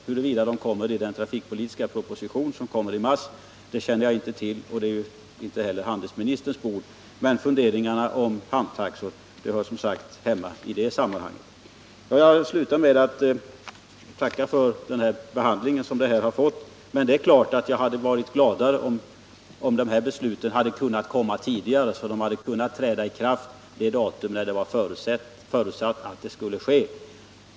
Huruvida de kommer att vara upptagna i den trafikpolitiska proposition som kommer i mars känner jag inte till — och det är inte heller handelsministerns bord — men funderingarna cm hamntaxor hör som sagt hemma i det sammanhanget. Jag vill sluta mitt anförande med att tacka för den behandling som ärendet har fått. Men det är klart att jag hade varit ännu gladare, om besluten hade kunnat fattas tidigare och kunnat träda i kraft vid det datum då det var förutsagt att detta skulle ske.